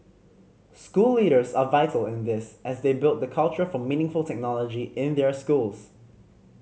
school leaders are vital in this as they build the culture for meaningful technology in their schools